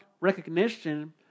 recognition